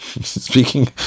Speaking